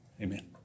Amen